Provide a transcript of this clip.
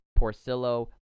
Porcillo